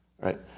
right